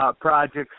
projects